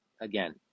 again